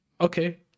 Okay